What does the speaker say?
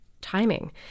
timing